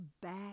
back